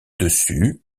dessus